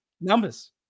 numbers